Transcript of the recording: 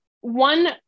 one